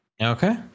Okay